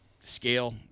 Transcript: scale